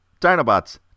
Dinobots